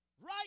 Right